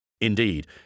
Indeed